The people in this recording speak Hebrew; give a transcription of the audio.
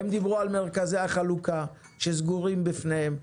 הם דיברו על מרכזי החלוקה שסגורים בפניהם,